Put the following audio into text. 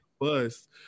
bus